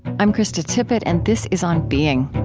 i'm krista tippett, and this is on being